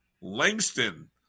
Langston